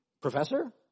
professor